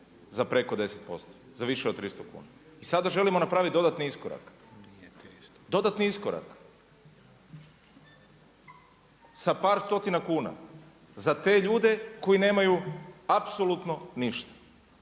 za preko 10%, za više od 300 kuna. I sada želimo napraviti dodatni iskorak, dodatni iskorak sa par stotina kuna za te ljude koji nemaju apsolutno ništa.